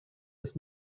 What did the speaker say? with